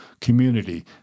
community